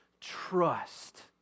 trust